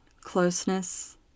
closeness